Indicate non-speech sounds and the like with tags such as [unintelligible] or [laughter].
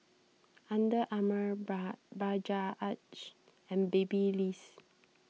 Under Armour [unintelligible] Bajaj and Babyliss